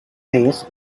place